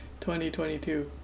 2022